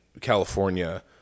California